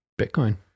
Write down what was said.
bitcoin